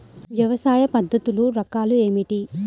వ్యవసాయ పద్ధతులు రకాలు ఏమిటి?